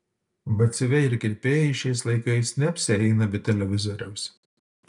batsiuviai ir kirpėjai šiais laikais neapsieina be televizoriaus